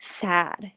sad